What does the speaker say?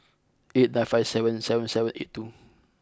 eight nine five seven seven seven eight two